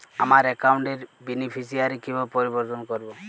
আমার অ্যাকাউন্ট র বেনিফিসিয়ারি কিভাবে পরিবর্তন করবো?